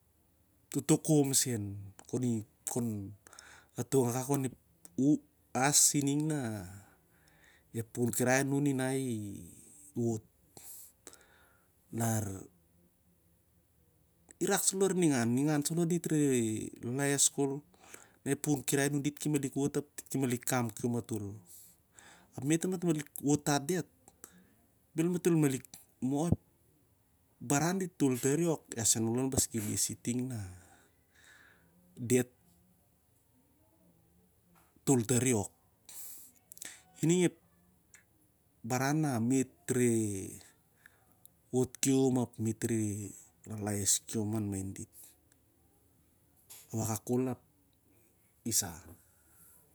Totokom sen kon atong akak u as ining na epukan kirai a nun i wot lar i rak salo lar ningan salo dit re laes kol na ep pukun kirai a nun dit ki malik wot ap ki malik kam kian matol ap na mit malik wot tet diat bel matol malik mot baran na di tol tar i ok ia sa alo al malik keles i diat toltari ok ining ep barau na mit re wot kian ap re lala es kian an main dit wakak ap isa.